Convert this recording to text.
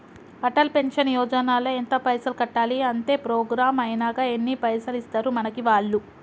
Atal pension Yojana ల ఎంత పైసల్ కట్టాలి? అత్తే ప్రోగ్రాం ఐనాక ఎన్ని పైసల్ ఇస్తరు మనకి వాళ్లు?